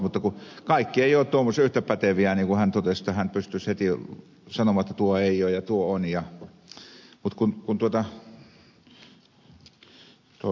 mutta kun kaikki eivät ole tuommoisia yhtä päteviä niin kuin hän totesi että hän pystyisi heti sanomaan että tuo ei ole ja tuo on